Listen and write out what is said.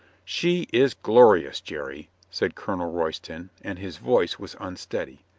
she is glorious, jerry! said colonel royston, and his voice was unsteady.